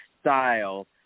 style